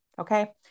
okay